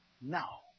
now